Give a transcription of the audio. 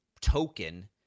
token